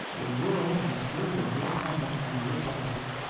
the world has heard of your conduct and your jealousy,